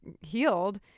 healed